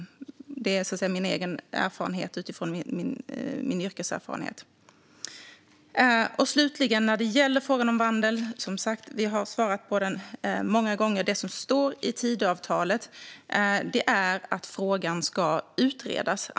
Det är min egen yrkeserfarenhet. Frågan om vandel har vi svarat på många gånger. Det som står i Tidöavtalet är att frågan ska utredas.